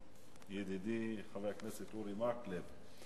ידידי חבר הכנסת אורי מקלב - קריאה ראשונה.